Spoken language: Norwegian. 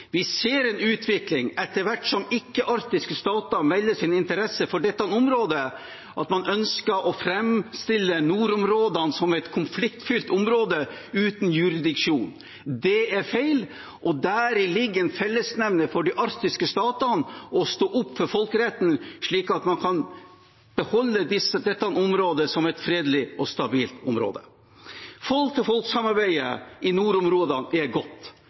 Vi ser en utvikling etter hvert som ikke-arktiske stater melder sin interesse for dette området, hvor man ønsker å framstille nordområdene som et konfliktfylt område uten jurisdiksjon. Det er feil. Der ligger en fellesnevner for de arktiske statene: å stå opp for folkeretten, slik at man kan beholde dette området som et fredelig og stabilt område. Folk-til-folk-samarbeidet i nordområdene er godt,